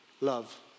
love